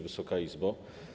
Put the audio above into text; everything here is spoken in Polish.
Wysoka Izbo!